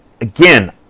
again